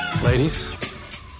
Ladies